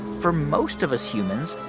for most of us humans,